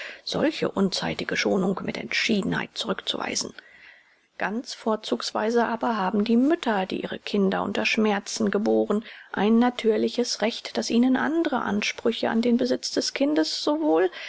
solche unzeitige schonung mit entschiedenheit zurückzuweisen ganz vorzugsweise aber haben die mütter die ihre kinder unter schmerzen geboren ein natürliches recht daß ihnen andre ansprüche an den besitz des kindes sowohl